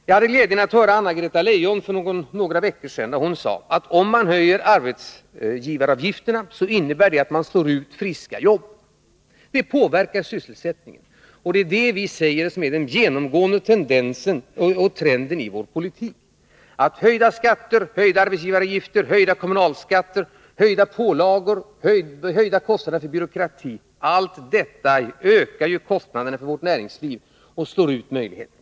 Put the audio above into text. Jag hade glädjen att höra Anna-Greta Leijon för några veckor sedan när hon sade att om man höjer arbetsgivaravgifterna innebär det att man slår ut friska jobb. Det påverkar sysselsättningen. Och det är det, säger vi, som är den genomgående tendensen och trenden i vår politik: höjda skatter, höjda arbetsgivaravgifter, höjda kommunalskatter, höjda pålagor och höjda kostnader för byråkratin — allt detta ökar ju kostnaderna för vårt näringsliv och slår ut möjligheterna.